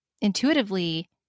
intuitively